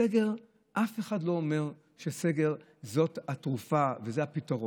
סגר, אף אחד לא אומר שסגר זאת התרופה וזה הפתרון.